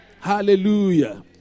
Hallelujah